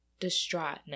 distraughtness